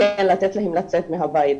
לצאת מהבית.